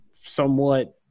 somewhat